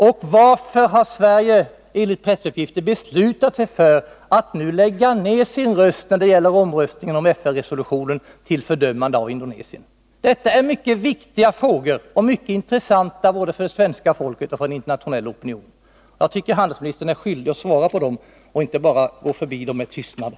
Och varför har Sverige — enligt pressuppgifter — beslutat sig för att lägga ned sin röst när det gäller omröstningen om FN-resolutionen att fördöma Indonesien? Dessa frågor är mycket viktiga, och de är intressanta såväl för det svenska folket som för den internationella opinionen. Jag tycker att handelsministern inte bara kan gå förbi dem under tystnad utan att han är skyldig att svara på dem.